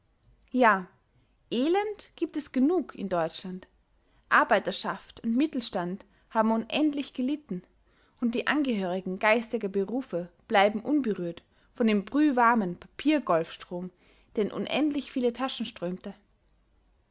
ja elend gibt es genug in deutschland arbeiterschaft und mittelstand haben unendlich gelitten und die angehörigen geistiger berufe bleiben unberührt von dem brühwarmen papier-golfstrom der in unendlich viele taschen strömte